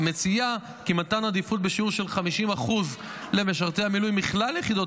המציעה כי מתן עדיפות בשיעור של 50% למשרתי המילואים מכלל יחידות